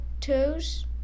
toes